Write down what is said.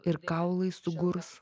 ir kaulai sugurs